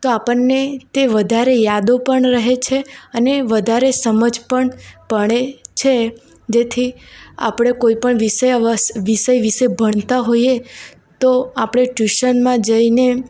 તો આપણને તે વધારે યાદો પણ રહે છે અને વધારે સમજ પણ પડે છે જેથી આપણે કોઇપણ વિષય વિશે ભણતા હોઈએ તો આપણે ટ્યુશનમાં જઈને